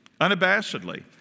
Unabashedly